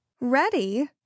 ready